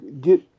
get